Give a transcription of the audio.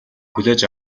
хүлээж